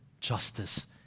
justice